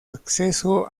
acceso